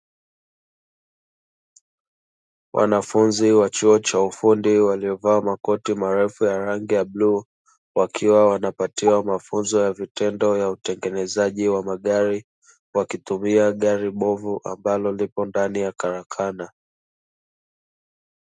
Wanafunzi wa chuo cha ufundi waliovaa makoti marefu ya rangi ya bluu, wakiwa wanapatiwa mafunzo ya vitendo ya utengenezaji wa magari, wakitumia gari bovu ambalo lipo ndani ya karakana.